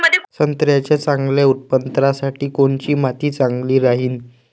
संत्र्याच्या चांगल्या उत्पन्नासाठी कोनची माती चांगली राहिनं?